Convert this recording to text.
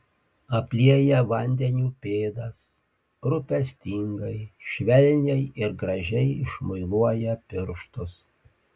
aplieja vandeniu pėdas rūpestingai švelniai ir gražiai išmuiluoja pirštus